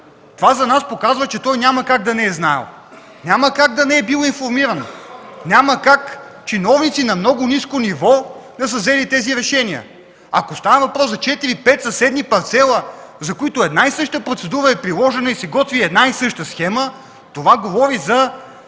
това показва, че той няма как да не е знаел, няма как да не е бил информиран, няма как чиновници на много ниско ниво да са взели тези решения! Ако става въпрос за 4-5 съседни парцела, за които е приложена една и съща процедура и се готви една и съща схема, това говори за